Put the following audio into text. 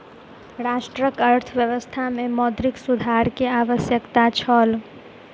राष्ट्रक अर्थव्यवस्था में मौद्रिक सुधार के आवश्यकता छल